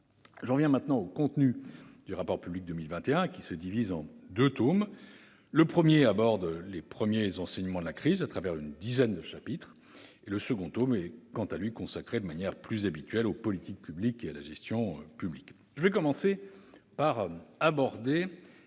J'en viens maintenant au contenu du rapport public 2021, qui se divise en deux tomes. Le premier aborde les premiers enseignements de la crise, au travers d'une dizaine de chapitres. Le second tome est consacré, de manière plus habituelle, aux politiques publiques et à la gestion publique. Je commencerai par aborder